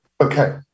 Okay